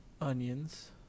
onions